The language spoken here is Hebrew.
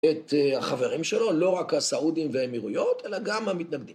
את החברים שלו, לא רק הסעודים והאמירויות, אלא גם המתנגדים.